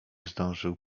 zdążył